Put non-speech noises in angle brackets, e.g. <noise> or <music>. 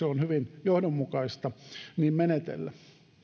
<unintelligible> on hyvin johdonmukaista niin menetellä